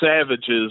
savages